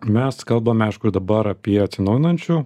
mes kalbame aišku ir dabar apie atsinaujinančių